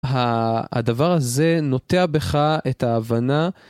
הדבר הזה נוטע בך את ההבנה.